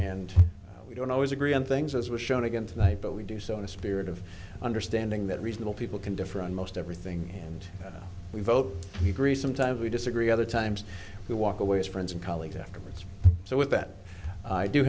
and we don't always agree on things as was shown again tonight but we do so in a spirit of understanding that reasonable people can differ on most everything and we vote he agrees sometimes we disagree other times we walk away as friends and colleagues afterwards so with that i do